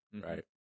Right